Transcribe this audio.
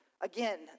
Again